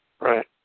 Right